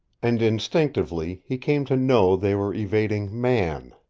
and instinctively he came to know they were evading man.